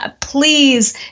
Please